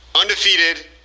undefeated